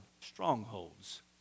strongholds